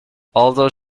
although